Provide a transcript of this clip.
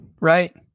right